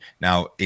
Now